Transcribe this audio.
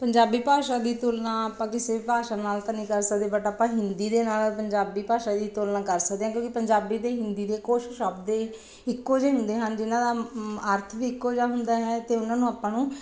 ਪੰਜਾਬੀ ਭਾਸ਼ਾ ਦੀ ਤੁਲਨਾ ਆਪਾਂ ਕਿਸੇ ਭਾਸ਼ਾ ਨਾਲ ਤਾਂ ਨਹੀਂ ਕਰ ਸਕਦੇ ਬਟ ਆਪਾਂ ਹਿੰਦੀ ਦੇ ਨਾਲ ਪੰਜਾਬੀ ਭਾਸ਼ਾ ਦੀ ਤੁਲਨਾ ਕਰ ਸਕਦੇ ਹਾਂ ਕਿਉਂਕਿ ਪੰਜਾਬੀ ਦੇ ਹਿੰਦੀ ਦੇ ਕੁਛ ਸ਼ਬਦ ਏ ਇੱਕੋ ਜਿਹੇ ਹੁੰਦੇ ਹਨ ਜਿਨਾਂ ਦਾ ਮ ਅਰਥ ਵੀ ਇੱਕੋ ਜਿਹਾ ਹੁੰਦਾ ਹੈ ਅਤੇ ਉਹਨਾਂ ਨੂੰ ਆਪਾਂ ਨੂੰ